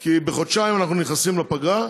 כי בתוך חודשיים אנחנו נכנסים לפגרה,